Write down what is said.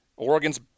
Oregon's